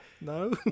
No